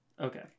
okay